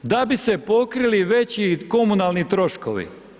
Da bi se pokrili veći komunalni troškovi.